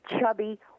chubby